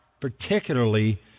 particularly